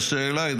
השאלה היא,